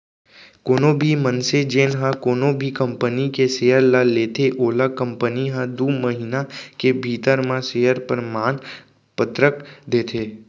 कोनो भी मनसे जेन ह कोनो भी कंपनी के सेयर ल लेथे ओला कंपनी ह दू महिना के भीतरी म सेयर परमान पतरक देथे